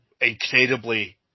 incredibly